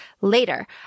later